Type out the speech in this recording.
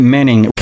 Manning